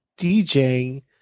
DJing